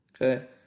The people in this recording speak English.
Okay